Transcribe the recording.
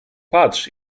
patrz